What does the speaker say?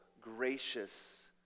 gracious